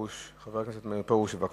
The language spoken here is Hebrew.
חבר הכנסת מאיר פרוש, בבקשה.